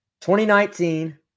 2019